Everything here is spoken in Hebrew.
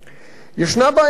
עמיתי חברי הכנסת,